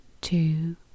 two